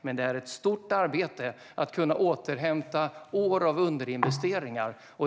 Men det är ett stort arbete att återhämta år av underinvesteringar.